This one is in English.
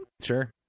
Sure